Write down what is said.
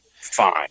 fine